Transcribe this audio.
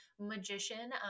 magician